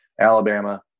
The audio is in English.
Alabama